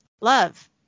love